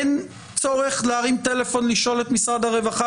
אין צורך להרים טלפון לשאול את משרד הרווחה,